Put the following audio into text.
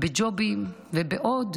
בג'ובים ובעוד